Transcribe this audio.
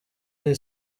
iyi